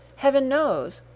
heaven knows!